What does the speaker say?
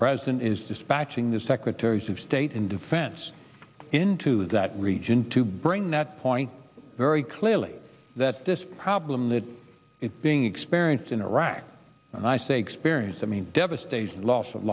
president is dispatching the secretaries of state and defense into that region to bring that point very clearly that this problem that it being experienced in iraq and i say experience i mean devastating loss of